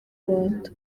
rwanda